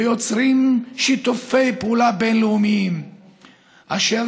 ויוצרים שיתופי פעולה בין-לאומיים אשר